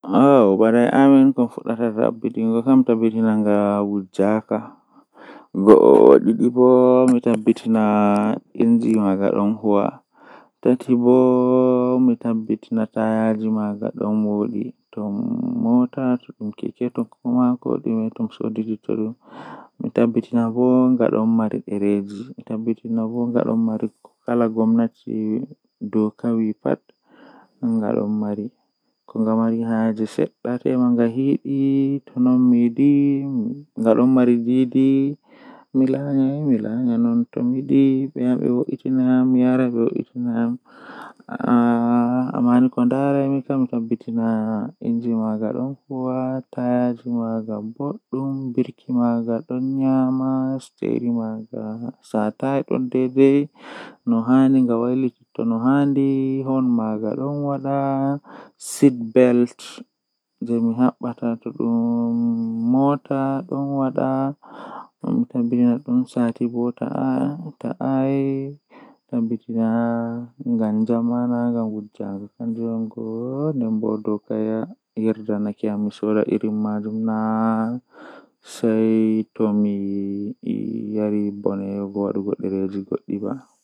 Mi heban babal on jei wawata jogugo dereji man nden mi tabbitini babal man jogan dereji man sei mi tokka hoosugo gootel be gootel midon geeredi mi fuddiran be teddudi haa less nden teddaaka manbo misiga dum haa dow.